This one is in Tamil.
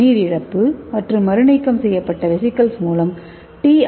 நீரிழப்பு மற்றும் மறுநீக்கம் செய்யப்பட்ட வெசிகிள்ஸ் மூலம் டி